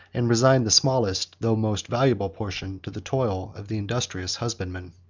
and resign the smallest, though most valuable, portion, to the toil of the industrious husbandman.